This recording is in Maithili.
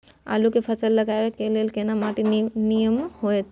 आलू के फसल लगाबय के लेल केना माटी नीमन होयत?